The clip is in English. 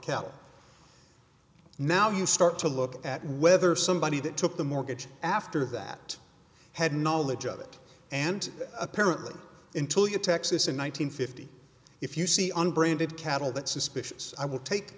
cattle now you start to look at whether somebody that took the mortgage after that had knowledge of it and apparently until you texas in one nine hundred fifty if you see unbranded cattle that suspicious i will take